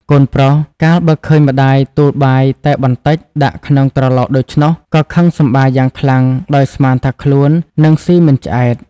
កូនប្រុសកាលបើឃើញម្ដាយទូលបាយតែបន្តិចដាក់ក្នុងត្រឡោកដូច្នោះ ក៏ខឹងសម្បារយ៉ាងខ្លាំង ដោយស្មានថាខ្លួននឹងស៊ីមិនឆ្អែត។